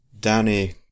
Danny